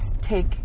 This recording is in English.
take